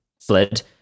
fled